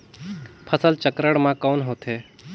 फसल चक्रण मा कौन होथे?